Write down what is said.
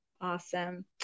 Awesome